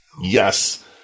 Yes